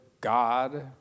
God